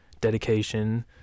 dedication